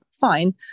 fine